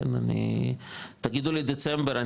תגידו לי דצמבר,